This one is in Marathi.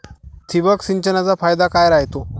ठिबक सिंचनचा फायदा काय राह्यतो?